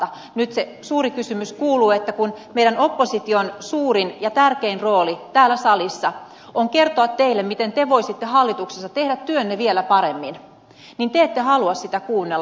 nyt se suuri kysymys kuuluu että kun meidän opposition suurin ja tärkein rooli täällä salissa on kertoa teille miten te voisitte hallituksessa tehdä työnne vielä paremmin niin te ette halua sitä kuunnella